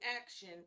action